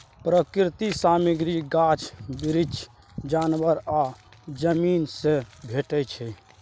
प्राकृतिक सामग्री गाछ बिरीछ, जानबर आ जमीन सँ भेटै छै